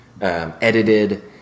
edited